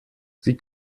sie